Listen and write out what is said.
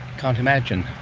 can't imagine.